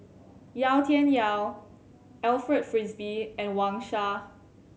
Yau Tian Yau Alfred Frisby and Wang Sha